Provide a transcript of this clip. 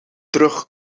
drug